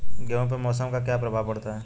गेहूँ पे मौसम का क्या प्रभाव पड़ता है?